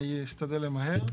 אני אשתדל למהר.